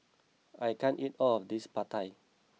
I can't eat all of this Pad Thai